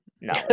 No